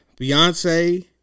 Beyonce